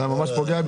תודה,